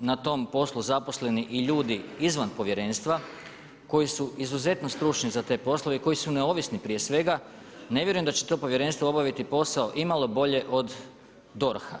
na tom poslu zaposleni i ljudi izvan povjerenstva koji su izuzetno stručni za te poslove i koji su neovisni prije svega, ne vjerujem da će to povjerenstvo obaviti posao imalo bolje od DORH-a.